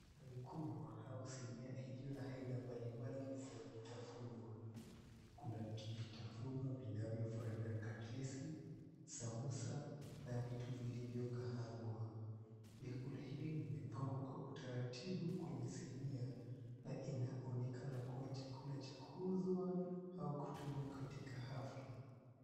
Kubwa au sinia iliyo na aina mbalimbali za vitafunwa, kuna vitafunwa vinavyofanana na katelesi, sambusa na vitu vilivyokaangwa. Vyakula hivi vimepangwa kwa utaratibu kwenye sinia na inaonekana kuwa chakula cha kuuzwa au kutumiwa katika hafla.